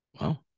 Wow